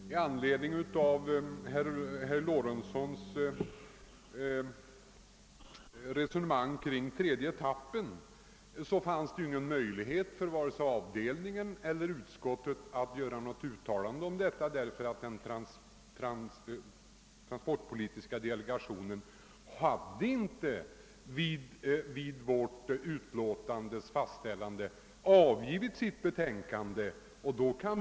Herr talman! Med anledning av herr Lorentzons resonemang rörande den tredje etappen vill jag erinra om att det inte fanns någon möjlighet för vare sig avdelningen eller utskottet att göra något uttalande i det fallet, eftersom trafikpolitiska delegationen inte hade avgivit sitt betänkande när utskottets utlåtande utformades.